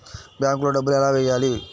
బ్యాంక్లో డబ్బులు ఎలా వెయ్యాలి?